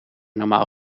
normaal